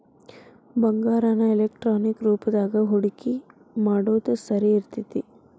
ಬಂಗಾರಾನ ಎಲೆಕ್ಟ್ರಾನಿಕ್ ರೂಪದಾಗ ಹೂಡಿಕಿ ಮಾಡೊದ್ ಸರಿ ಇರ್ತೆತಿ